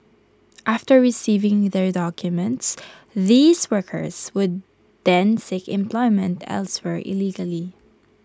after receiving their documents these workers would then seek employment elsewhere illegally